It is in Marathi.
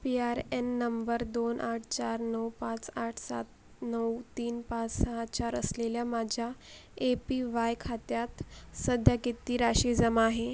पी आर एन नंबर दोन आठ चार नऊ पाच आठ सात नऊ तीन पाच सहा चार असलेल्या माझ्या ए पी वाय खात्यात सध्या किती राशी जमा आहे